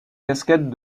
cascades